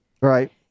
Right